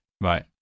Right